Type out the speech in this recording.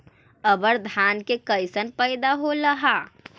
अबर धान के कैसन पैदा होल हा?